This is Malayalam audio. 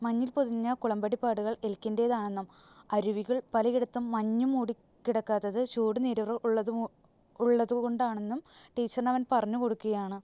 മഞ്ഞിൽപൊതിഞ്ഞ കുളമ്പടിപ്പാടുകൾ എൽക്കിന്റെതാണെന്നും അരുവികൾ പലേടത്തും മഞ്ഞുമൂടി കിടക്കാത്തത് ചൂട് നീരുറവ ഉള്ളതുകൊണ്ടാണെന്നും ടീച്ചറിന് അവൻ പറഞ്ഞുകൊടുക്കുകയാണ്